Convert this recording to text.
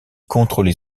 contrôlait